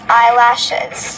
eyelashes